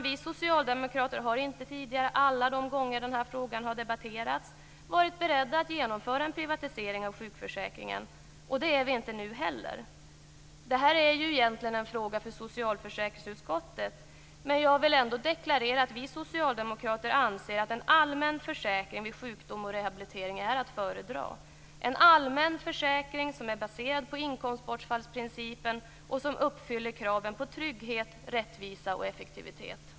Vi socialdemokrater har inte tidigare alla de gånger som denna fråga har debatterats varit beredda att genomföra en privatisering av sjukförsäkringen, och det är vi inte nu heller. Det här är ju egentligen en fråga för socialförsäkringsutskottet, men jag vill ändå deklarera att vi socialdemokrater anser att en allmän försäkring vid sjukdom och rehabilitering är att föredra, en allmän försäkring som är baserad på inkomstbortfallsprincipen och som uppfyller kraven på trygghet, rättvisa och effektivitet.